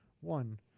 one